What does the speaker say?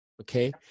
okay